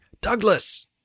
Douglas